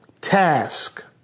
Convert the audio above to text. task